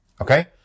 Okay